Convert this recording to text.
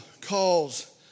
calls